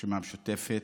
הרשימה המשותפת,